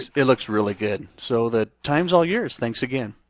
it looks really good. so, the time's all yours. thanks again.